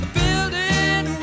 building